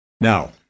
Now